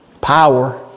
power